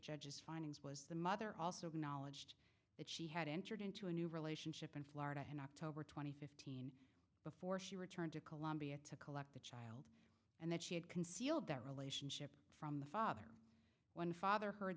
judge's findings was the mother also acknowledged that she had entered into a new relationship in florida and october twenty fifth before she returned to colombia to collect the child and that she had concealed that relationship from the father when father heard